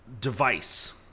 device